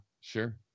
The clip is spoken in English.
sure